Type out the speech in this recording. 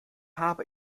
habe